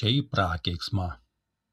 čia į prakeiksmą